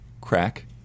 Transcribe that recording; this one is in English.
crack